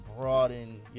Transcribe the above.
Broaden